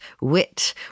wit